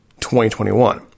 2021